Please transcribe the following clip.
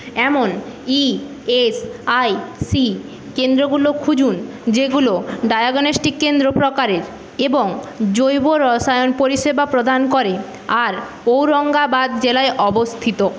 এমন ইএসআইসি কেন্দ্রগুলো খুঁজুন যেগুলো ডায়াগনস্টিক কেন্দ্র প্রকারের এবং জৈব রসায়ন পরিষেবা প্রদান করে আর ঔরঙ্গাবাদ জেলায় অবস্থিত